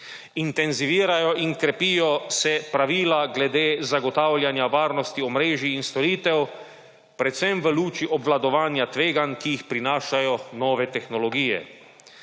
Intenzivirajo in krepijo se pravila glede zagotavljanja varnosti omrežij in storitev, predvsem v luči obvladovanja tveganj, ki jih prinašajo nove tehnologije.